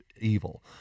evil